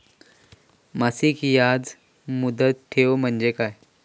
मासिक याज मुदत ठेव म्हणजे काय?